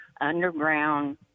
underground